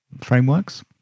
frameworks